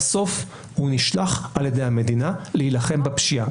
בסוף הוא נשלח על ידי המדינה להילחם בפשיעה,